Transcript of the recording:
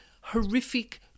horrific